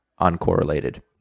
uncorrelated